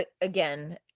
Again